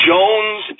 Jones